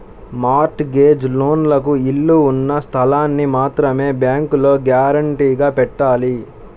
mart gauge లోన్లకు ఇళ్ళు ఉన్న స్థలాల్ని మాత్రమే బ్యేంకులో గ్యారంటీగా పెట్టాలి